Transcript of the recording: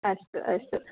अस्तु अस्तु